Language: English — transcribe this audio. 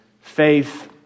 faith